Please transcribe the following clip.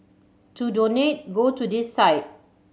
to donate go to this site